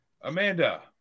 Amanda